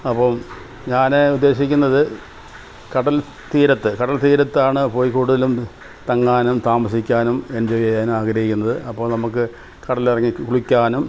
അപ്പം ഞാൻ ഉദ്ദേശിക്കുന്നത് കടൽ തീരത്തു കടൽതീരത്താണ് പോയി കൂടുതലും തങ്ങാനും താമസിക്കാനും എൻജോയ് ചെയ്യാനും ആഗ്രഹിക്കുന്നത് അപ്പോൾ നമുക്ക് കടലിൽ ഇറങ്ങി കുളിക്കാനും